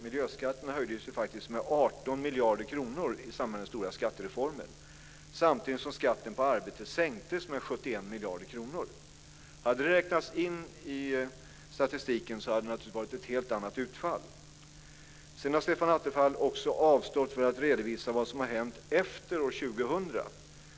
Miljöskatterna höjdes med 18 miljarder kronor i samband med den stora skattereformen samtidigt som skatten på arbete sänktes med 71 miljarder kronor. Om det hade räknats in i statistiken hade det naturligtvis varit ett helt annat utfall. Sedan har Stefan Attefall också avstått från att redovisa vad som har hänt efter år 2000.